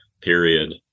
Period